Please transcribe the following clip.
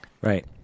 Right